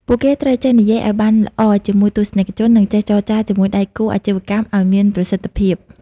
ពួកគេត្រូវចេះនិយាយឱ្យបានល្អជាមួយទស្សនិកជន និងចេះចរចាជាមួយដៃគូអាជីវកម្មឱ្យមានប្រសិទ្ធភាព។